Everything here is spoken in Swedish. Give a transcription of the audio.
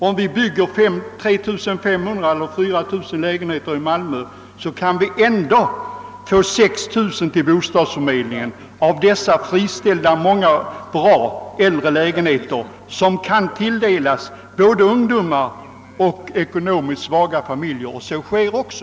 Om vi bygger 3 500 eller 4 000 lägenheter i Malmö kan vi inräknat byteslägenheterna få 6 000 lägenheter till bostadsförmedlingens förfogande. Många av dessa byteslägenheter är bra äldre moderna eller halvmoderna lägenheter som kan tilldelas både ungdomar och ekonomiskt svaga familjer. Så sker också.